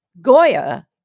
Goya